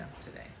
today